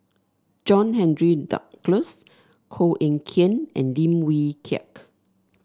John Henry Duclos Koh Eng Kian and Lim Wee Kiak